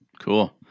Cool